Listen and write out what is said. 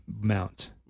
mount